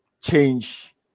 change